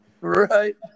Right